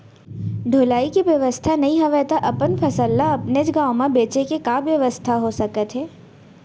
ढुलाई के बेवस्था नई हवय ता अपन फसल ला अपनेच गांव मा बेचे के का बेवस्था हो सकत हे?